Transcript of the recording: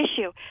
issue